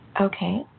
Okay